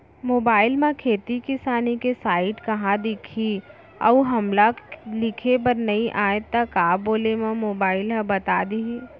Mobile म खेती किसानी के साइट कहाँ दिखही अऊ हमला लिखेबर नई आय त का बोले म मोबाइल ह बता दिही?